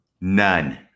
None